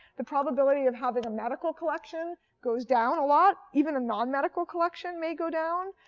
the probability of having a medical collection goes down a lot, even a non-medical collection may go down.